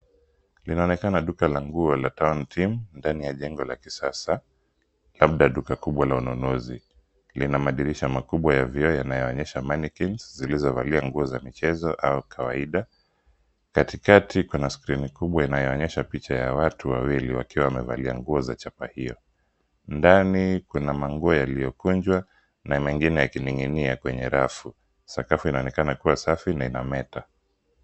Linaonekana duka la nguo la town team ndani ya jengo la kisasa, labda duka kubwa la ununuzi. Lina madirisha makubwa ya vioo yanayoonyesha mannequin , zilizovalia nguo ya michezo, au ya kawaida, katikati kuna skrini kubwa ilionyesha watu wawili wakiwa wamevalia nguo ya chapa hiyo. Ndani, kuna nguo zilizokunjwa, na mengine yakininginia kwenye rafu. Sakafu inaonekana kuwa safi na inameta.